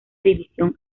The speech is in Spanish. división